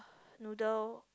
noodle